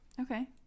Okay